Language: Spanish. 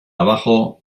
abajo